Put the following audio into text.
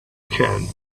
can